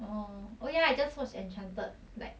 oh oh ya I just watched enchanted like